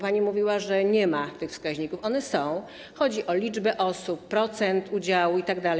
Pani mówiła, że nie ma tych wskaźników, one są - chodzi o liczbę osób, procent udziału itd.